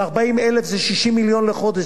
על 40,000 זה 60 מיליון לחודש,